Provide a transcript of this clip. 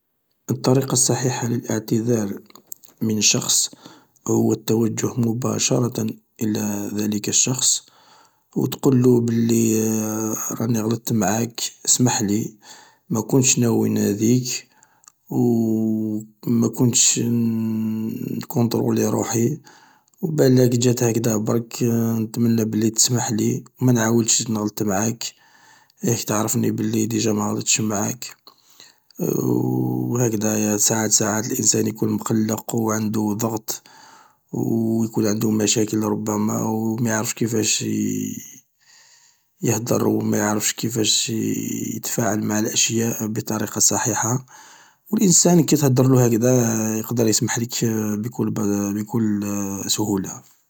﻿الطريقة الصحيحة للإعتذار من شخص، هو التوجه مباشرة إلى ذلك الشخص، و تقولو بلي راني غلطت معاك، اسمحلي. ماكونتش ناوي نأذيك، و ماكونتش نكونطرولي روحي. و بالاك جات هكدا برك، نتمنى بلي تسمحلي، و مانعاودش نغلط معاك. ياك تعرفني بلي ديجا مغلطش معاك. و هكدا ساعات ساعات الانسان يكون مقلق و عندو ضغط، و يكون عندو مشاكل ربما و مايعرفش كيفاش يهدر و ما يعرفش كيفاش ي-يتفاعل مع الأشياء بطريقة صحيحة، و الإنسان كي تهدرلو هكدا يقدر يسمحلك بكل بكل سهولة.